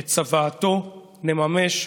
את צוואתו נממש.